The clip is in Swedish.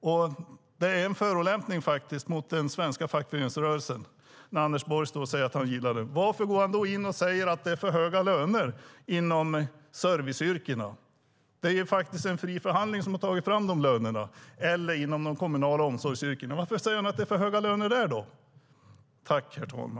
Det är faktiskt en förolämpning mot den svenska fackföreningsrörelsen när Anders Borg står och säger att han gillar den. Varför säger han då att lönerna inom serviceyrkena är för höga? Det är faktiskt genom en fri förhandling som de lönerna har tagits fram. Varför säger han då att det är för höga löner inom de kommunala omsorgsyrkena?